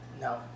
No